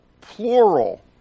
plural